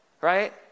right